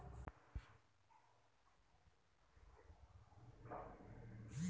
माया जनधन खात्यात कितीक पैसे बाकी हाय?